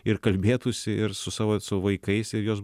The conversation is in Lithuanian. ir kalbėtųsi ir su savo su vaikais ir juos